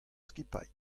skipailh